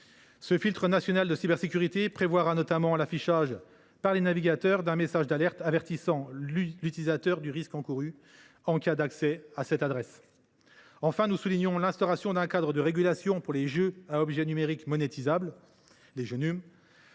Ce filtre national de cybersécurité prévoira notamment l’affichage par les navigateurs d’un message d’alerte avertissant l’utilisateur du risque encouru en cas d’accès à cette adresse. Enfin, soulignons l’instauration d’un cadre de régulation pour les Jonum. La rédaction et les compromis